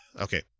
Okay